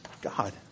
God